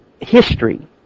history